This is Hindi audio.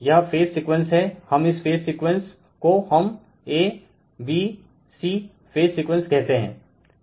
यह फेज सीक्वेंस है हम इस फेज सीक्वेंस को हम a b c phase sequence कहते है